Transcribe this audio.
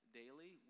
daily